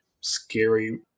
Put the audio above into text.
scary